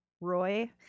Roy